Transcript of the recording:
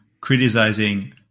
criticizing